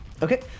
Okay